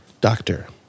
Doctor